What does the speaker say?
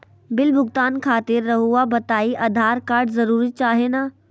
Bill भुगतान खातिर रहुआ बताइं आधार कार्ड जरूर चाहे ना?